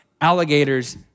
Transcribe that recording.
alligators